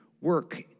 work